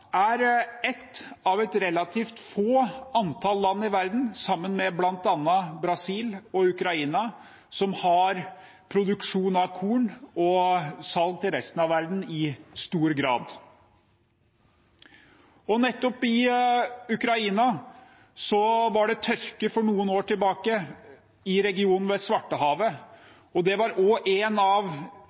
er ett av relativt få antall land i verden, sammen med bl.a. Brasil og Ukraina, som har produksjon av korn og salg til resten av verden i stor grad. Nettopp i Ukraina var det tørke for noen år tilbake, i regionen ved Svartehavet. Det var også en av